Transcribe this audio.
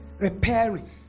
Repairing